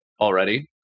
already